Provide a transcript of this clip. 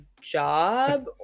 job